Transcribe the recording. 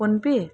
phone pay